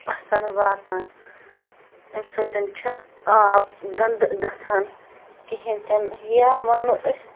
اثر واتان أمۍ سۭتۍ چھِنہٕ آب گنٛدٕ گژھان کِہیٖنۍ تِنہٕ یا وَنَو أسۍ